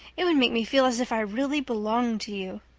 it would make me feel as if i really belonged to you.